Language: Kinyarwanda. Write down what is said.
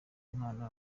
impano